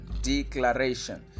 declaration